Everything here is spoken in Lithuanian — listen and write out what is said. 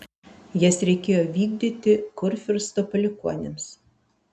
jas reikėjo vykdyti kurfiursto palikuonims